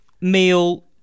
Meal